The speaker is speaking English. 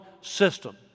system